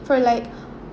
for like